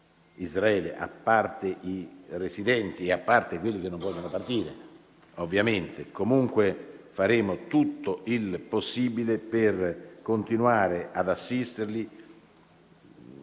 Israele, a parte i residenti e coloro che non vogliono partire ovviamente. Comunque faremo tutto il possibile per continuare ad assisterli